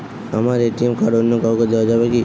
আমার ATM card অন্য কাউকে দেওয়া যাবে কি?